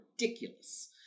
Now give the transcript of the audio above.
ridiculous